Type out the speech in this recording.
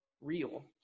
Real